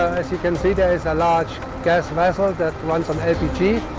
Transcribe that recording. as you can see there is a large gas vessel that runs on lpg.